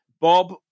Bob